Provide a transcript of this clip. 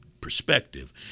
perspective